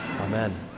Amen